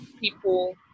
people